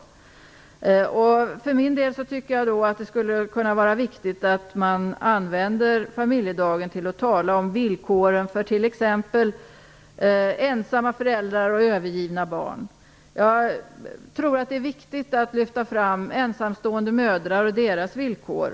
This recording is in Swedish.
Jag tycker för min del att det kunde vara viktigt att använda familjedagen till att tala om villkoren för t.ex. ensamma föräldrar och övergivna barn. Jag tror att det är viktigt att lyfta fram ensamstående mödrar och deras villkor.